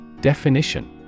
Definition